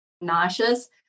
nauseous